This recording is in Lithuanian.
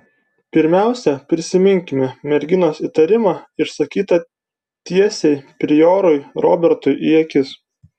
pirmiausia prisiminkime merginos įtarimą išsakytą tiesiai priorui robertui į akis